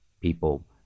people